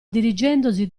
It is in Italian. dirigendosi